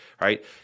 right